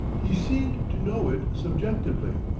he seemed to know it subjectively,